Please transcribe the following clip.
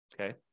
Okay